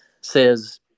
says